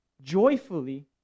joyfully